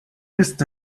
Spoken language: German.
ist